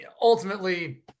ultimately